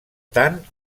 tant